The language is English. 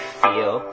feel